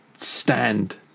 stand